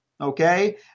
okay